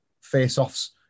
face-offs